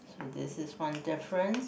so this is one difference